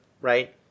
right